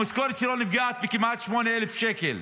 המשכורת שלו נפגעה בכמעט 8,000 שקל,